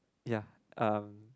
ya um